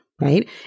right